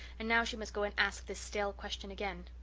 and now she must go and ask this stale question again.